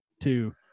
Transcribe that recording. two